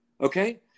okay